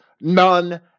none